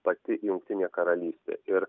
pati jungtinė karalystė ir